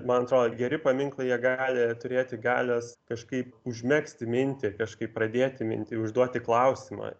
man atrodo geri paminklai jie gali turėti galios kažkaip užmegzti mintį kažkaip pradėti mintį užduoti klausimą